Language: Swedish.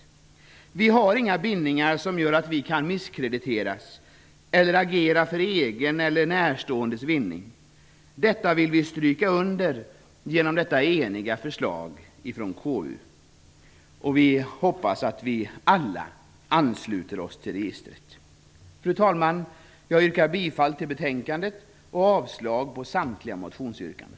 Vi har inga bindningar som gör att vi kan misskrediteras och agera för egen eller närståendes vinning. Detta vill vi stryka under genom det eniga förslaget från KU. Vi hoppas att vi alla kommer att ansluta oss till förslaget om registret. Fru talman! Jag yrkar bifall till utskottets hemställan och avslag på samtliga motionsyrkanden.